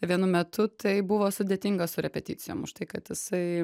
vienu metu tai buvo sudėtinga su repeticijom už tai kad jisai